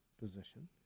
position